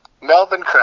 Melbourne